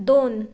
दोन